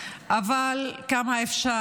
אבל כמה אפשר?